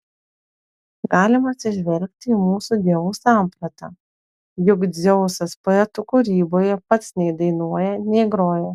galima atsižvelgti į mūsų dievų sampratą juk dzeusas poetų kūryboje pats nei dainuoja nei groja